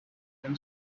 them